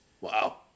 Wow